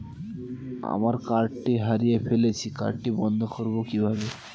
আমার কার্ডটি হারিয়ে ফেলেছি কার্ডটি বন্ধ করব কিভাবে?